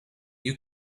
you